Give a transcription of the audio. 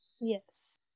Yes